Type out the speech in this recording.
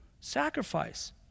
sacrifice